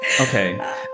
Okay